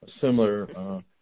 similar